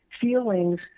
feelings